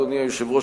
אדוני היושב-ראש,